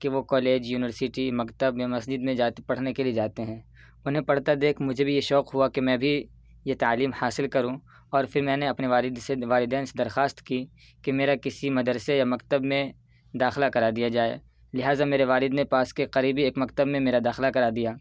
کہ وہ college university مکتب یا مسجد میں جاتے پڑھنے کے لیے جاتے ہیں انہیں پڑھتا دیکھ مجھے بھی یہ شوق ہوا کہ میں بھی یہ تعلیم حاصل کروں اور پھر میں نے اپنے والد سے والدین سے درخواست کی کہ میرا کسی مدرسے یا مکتب میں داخلہ کرا دیا جائے لہذا میرے والد نے پاس کے ایک قریبی ایک مکتب میں میرا داخلہ کرا دیا